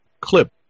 clip